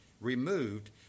removed